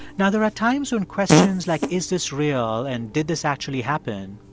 now, there are times when questions like, is this real, and did this actually happen,